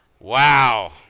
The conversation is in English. Wow